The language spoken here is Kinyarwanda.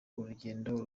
urugendo